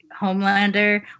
Homelander